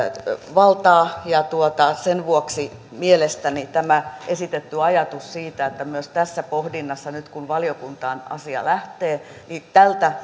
valtaa sen vuoksi mielestäni tämä esitetty ajatus siitä että myös tässä pohdinnassa nyt kun valiokuntaan asia lähtee tältä